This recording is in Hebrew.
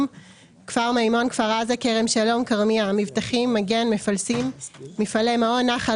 כפר מימון כפר עזה כרם שלום כרמיה מבטחים מגן מפלסים מפעלי מעון נחל